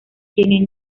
quien